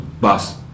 bus